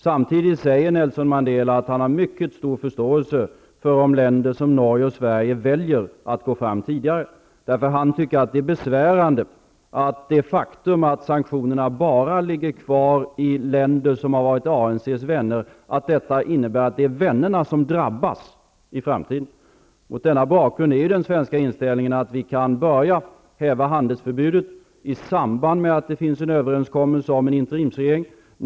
Samtidigt säger Nelson Mandela att han har mycket stor förståelse för om länder som Sverige och Norge väljer att gå fram tidigare. Han tycker att det är besvärande att sanktionerna bara ligger kvar i länder som har varit ANC:s vänner. Det innebär att det är vännerna som drabbas i framtiden. Mot denna bakgrund är den svenska inställningen den att vi kan börja häva handelsförbudet i samband med att det finns en överenskommelse om en interimsregering.